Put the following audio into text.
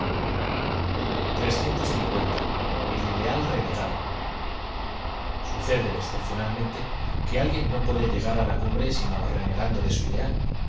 ideal renegado sucede excepcionalmente que alguien no puede lle g a r á la cumbre sino renegando de su ideal